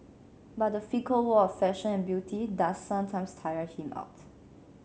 but the fickle world of fashion and beauty does sometimes tire him out